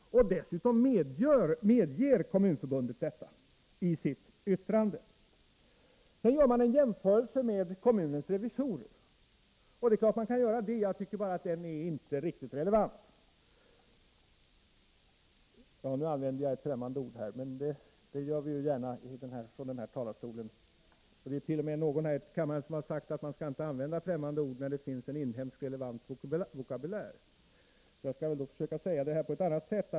Dessutom medger Kommunförbundet detta i sitt yttrande. Sedan gör man en jämförelse med kommunens revisorer. Det är klart att man kan göra det. Jag tycker bara att den inte är riktigt relevant. — Nu använde jag ett främmande ord, men det gör vi ju gärna från den här talarstolen. Det är t.o.m. någon här i kammaren som har sagt att man inte skall använda främmande ord när det finns en inhemsk relevant vokabulär. Jag skall då försöka säga det här på ett annat sätt.